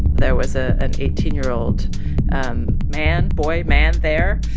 there was ah an eighteen year old um man boy man there,